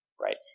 right